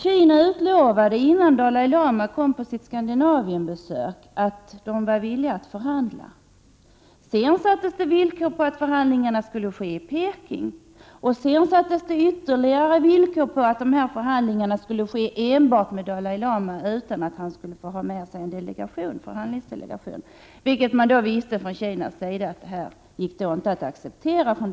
Kina utlovade, innan Dalai Lama kom på sitt Skandinavienbesök, att man var villig att förhandla. Sedan ställde man från kinesisk sida som villkor för förhandlingarna att de skulle ske i Peking. Sedan ställde man även som villkor för förhandlingarna att de skulle ske enbart med Dalai Lama och att han inte skulle få ha med sig en förhandlingsdelegation, vilket man från kinesisk sida visste att Dalai Lama inte skulle acceptera. Prot.